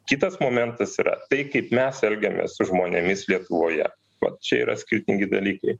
kitas momentas yra tai kaip mes elgiamės su žmonėmis lietuvoje vat čia yra skirtingi dalykai